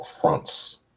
fronts